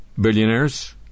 billionaires